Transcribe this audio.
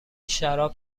شراب